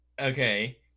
Okay